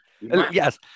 Yes